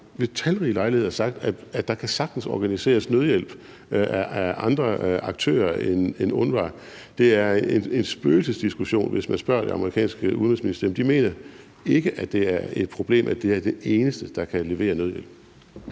ved talrige lejligheder sagt, at der sagtens kan organiseres nødhjælp af andre aktører end UNRWA. Det er en spøgelsesdiskussion, hvis man spørger det amerikanske udenrigsministerium. De mener ikke, at det er et problem, og mener ikke, at UNRWA er de eneste, der kan levere nødhjælp.